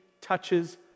touches